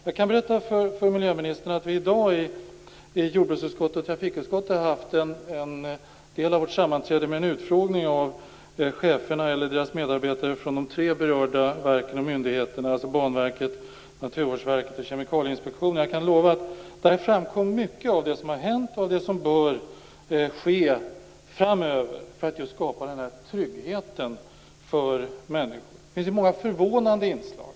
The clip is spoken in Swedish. Jag kan berätta för miljöministern att vi i dag i jordbruksutskottet och trafikutskottet under en del av vårt sammanträde har haft en utfrågning med cheferna eller deras medarbetare från de tre berörda verken och myndigheterna: Banverket, Naturvårdsverket och Kemikalieinspektionen. Jag kan lova att det där framkom mycket av vad som har hänt och av vad som bör ske framöver för att skapa just den här tryggheten för människor. Det finns många förvånande inslag.